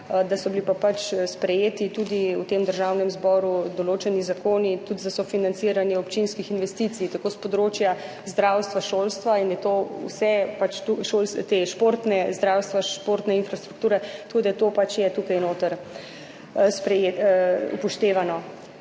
da so bili pa pač sprejeti tudi v tem Državnem zboru določeni zakoni tudi za sofinanciranje občinskih investicij tako s področja zdravstva, šolstva in je to vse pač šolstvo, te športne, zdravstva, športne infrastrukture, tako da to pač je tukaj noter spreje…,